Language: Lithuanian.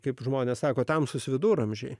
kaip žmonės sako tamsūs viduramžiai